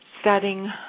studying